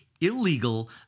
illegal